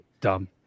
Dumb